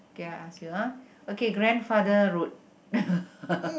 okay I ask you ah okay grandfather road